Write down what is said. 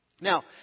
Now